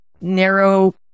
narrow